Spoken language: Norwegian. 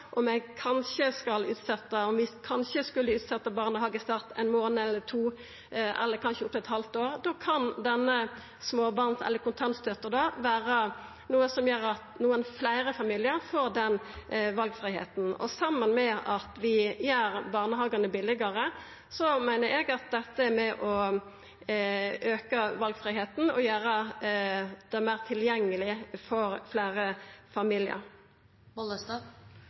kanskje skal utsetja barnehagestart ein månad eller to eller kanskje opp til eit halvt år. Da kan denne småbarnsstøtta eller kontantstøtta vera noko som gjer at nokon fleire familiar får den valfridomen. Saman med at vi gjer barnehagane billegare, meiner eg at dette er med på å auka valfridomen og gjera det meir tilgjengeleg for fleire familiar.